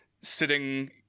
sitting